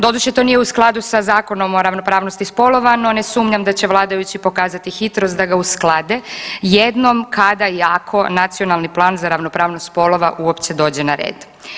Doduše to nije u skladu sa Zakonom o ravnopravnosti spolova no ne sumnjam da će vladajući pokazati hitrost da ga usklade jednom kada jako nacionalni plan za ravnopravnost spolova uopće dođe na redu.